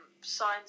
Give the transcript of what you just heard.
signs